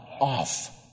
off